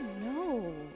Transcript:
No